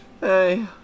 Hey